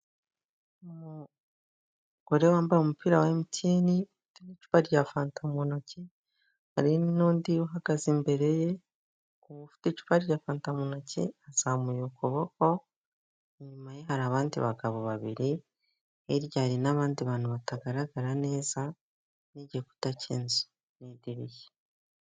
Umugore wambaye umupira wa MTN, ufite n'icupa rya fanta mu ntoki, hari n'undi uhagaze imbere ye, uwo ufite icupa rya fanta mu ntoki azamuye ukuboko, inyuma ye hari abandi bagabo babiri, hirya hari n'abandi bantu batagaragara neza, n'igikuta cy'inzu, n'idirishya.